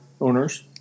owners